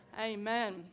amen